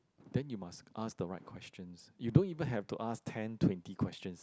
then you must ask the right questions you don't even have to ask ten twenty questions